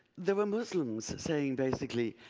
there were muslims, saying, basically,